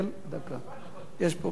דקה, יש פה בעיה.